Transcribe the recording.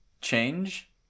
change